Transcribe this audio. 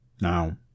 Now